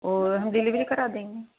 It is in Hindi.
और हम डिलीवरी करा देंगे